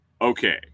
Okay